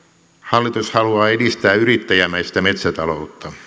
hallitus haluaa edistää yrittäjämäistä metsätaloutta